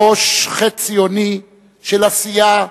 ראש חץ ציוני של עשייה,